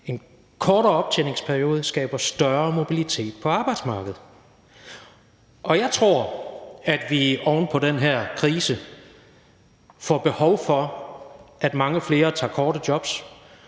en kortere optjeningsperiode skaber en større mobilitet på arbejdsmarkedet, og jeg tror, at vi oven på den her krise får et behov for, at mange flere tager korte jobs